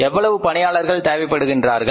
எவ்வளவு பணியாளர்கள் தேவைப்படுகிறார்கள்